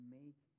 make